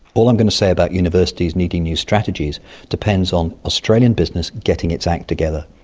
all i'm going to say about universities needing new strategies depends on australian business getting its act together,